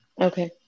Okay